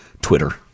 Twitter